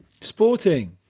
Sporting